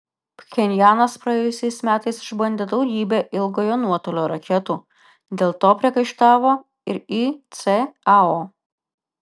pchenjanas praėjusiais metais išbandė daugybę ilgojo nuotolio raketų dėl to priekaištavo ir icao